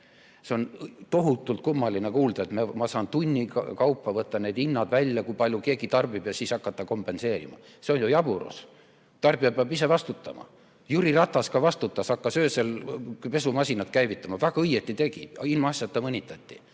Seda on tohutult kummaline kuulda, et ma saan tunni kaupa võtta need hinnad välja, kui palju keegi tarbib, ja siis hakata kompenseerima. See on ju jaburus! Tarbija peab ise vastutama. Jüri Ratas ka vastutas, hakkas öösel pesumasinat käivitama. Väga õigesti tegi. Ilmaasjata mõnitati.